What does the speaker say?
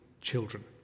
children